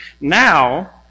now